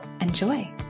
enjoy